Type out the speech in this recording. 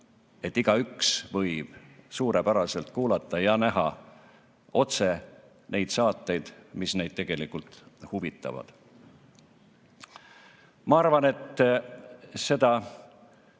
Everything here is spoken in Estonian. et igaüks võib suurepäraselt kuulata ja näha neid saateid, mis teda tegelikult huvitavad. Ma arvan, et seda